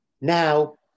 Now